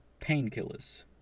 painkillers